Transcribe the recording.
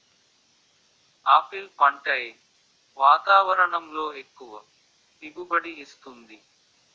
Apple పంట ఏ వాతావరణంలో ఎక్కువ దిగుబడి ఇస్తుంది?